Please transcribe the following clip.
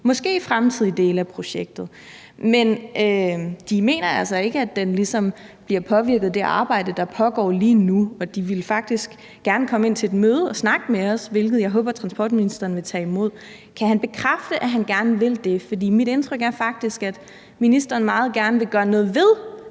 måske fremtidige dele af projektet. Men de mener altså ikke, at den ligesom bliver påvirket af det arbejde, der pågår lige nu. De ville faktisk gerne komme ind til et møde og snakke med os, hvilket jeg håber at transportministeren vil tage imod. Kan han bekræfte, at han gerne vil det? For mit indtryk er faktisk, at ministeren meget gerne vil gøre noget ved